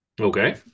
Okay